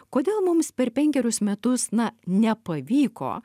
kodėl mums per penkerius metus na nepavyko